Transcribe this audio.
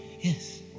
Yes